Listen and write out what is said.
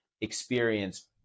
experience